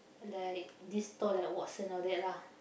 like this store like Watson all that lah